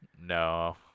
No